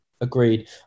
Agreed